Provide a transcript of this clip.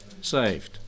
saved